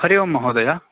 हरि ओम् महोदय